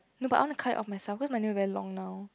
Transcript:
no but I want to cut it off myself cause my nail very long now